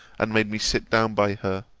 and made me sit down by her,